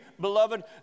beloved